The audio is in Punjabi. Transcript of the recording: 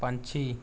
ਪੰਛੀ